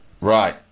Right